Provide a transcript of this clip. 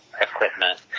equipment